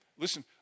listen